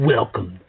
Welcome